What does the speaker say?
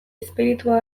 izpiritua